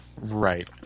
right